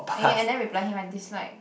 (aiya) I never reply him I dislike